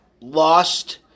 lost